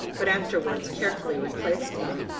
but afterwards carefully replaced them,